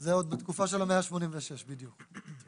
זה עוד בתקופה של ה-186, בדיוק.